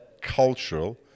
cultural